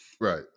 Right